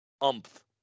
umph